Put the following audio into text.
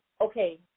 okay